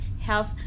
health